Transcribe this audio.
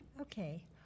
Okay